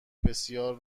بسیار